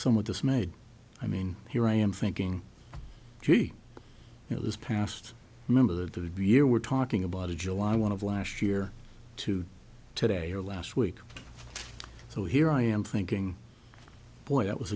somewhat dismayed i mean here i am thinking gee you know this past remember the year we're talking about july one of last year to today or last week so here i am thinking boy it was